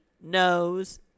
knows